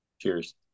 Cheers